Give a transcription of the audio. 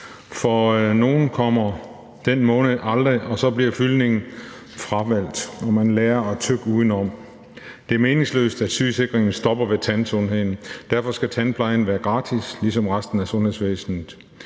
For nogle kommer den måned aldrig, og så bliver fyldningen fravalgt, og man lærer at tygge udenom. Det er meningsløst, at sygesikringen stopper ved tandsundheden. Derfor skal tandplejen være gratis ligesom resten af sundhedsvæsenet.